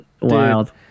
wild